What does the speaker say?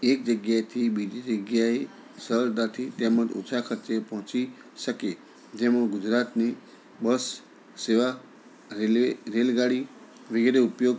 એક જગ્યાએથી બીજી જગ્યાએ સરળતાથી તેમ જ ઓછા ખર્ચે પહોંચી શકે જેમાં હું ગુજરાતની બસ સેવા રેલવે રેલગાડી વિગેરે ઉપયોગ